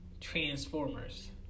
transformers